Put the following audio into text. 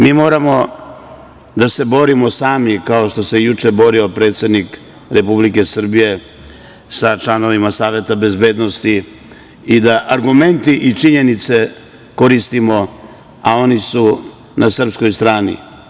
Mi moramo da se borimo sami, kao što se juče borio predsednik Republike Srbije sa članovima Saveta bezbednosti i da argumente i činjenice koristimo, a oni su na srpskoj strani.